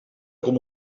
com